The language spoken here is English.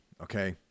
okay